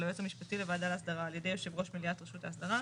היועץ המשפטי לוועדה להסדרה על ידי יושב ראש מליאת רשות ההסדרה,